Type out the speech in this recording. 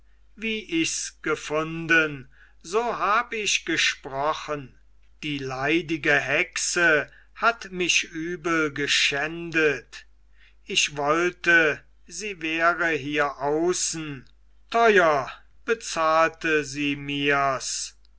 wie ichs gefunden so hab ich gesprochen die leidige hexe hat mich übel geschändet ich wollte sie wäre hier außen teuer bezahlte sie mirs